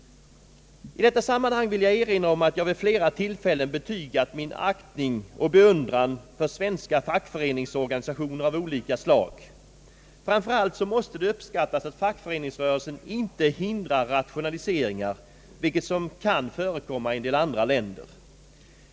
I detta sammanhang vill jag erinra om att jag vid flera tillfällen betygat min aktning och beundran för svenska fackföreningsorganisationer av olika slag. Framför allt måste det uppskattas att fackföreningsrörelsen inte hindrar rationaliseringar, vilket kan förekomma i en del andra länder.